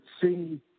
see